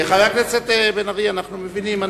חבר הכנסת בן-ארי, אנחנו מבינים.